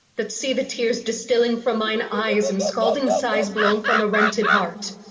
that see the tears distilling from mine eyes, and scalding sighs blown from a rented heart,